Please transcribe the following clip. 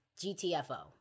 GTFO